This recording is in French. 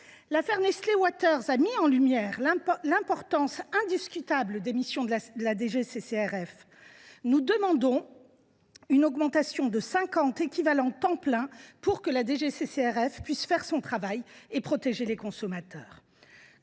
L’affaire Nestlé Waters a mis en lumière l’importance indiscutable de ses missions. Nous demandons une augmentation de cinquante équivalents temps plein pour que la DGCCRF puisse faire son travail et protéger les consommateurs.